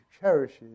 cherishes